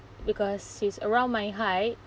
because she's around my height